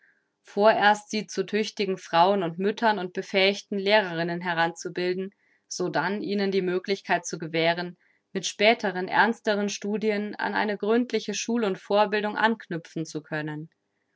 vorerst sie zu tüchtigen frauen und müttern und befähigten lehrerinnen heranzubilden sodann ihnen die möglichkeit zu gewähren mit späteren ernsteren studien an eine gründliche schul und vorbildung anknüpfen zu können